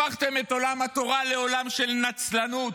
הפכתם את עולם התורה לעולם של נצלנות,